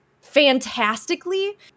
fantastically